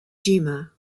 jima